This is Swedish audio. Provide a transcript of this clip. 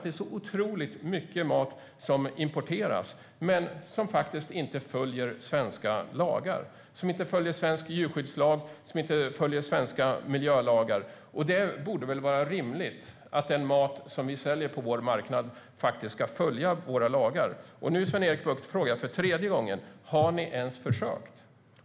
Det är otroligt mycket mat som importeras men som faktiskt inte följer svensk djurskyddslagstiftning eller svenska miljölagar när den framställs. Det borde väl vara rimligt att den mat som vi säljer på vår marknad faktiskt har framställts enligt våra lagar? Nu, Sven-Erik Bucht, frågar jag för tredje gången: Har ni ens försökt?